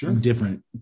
different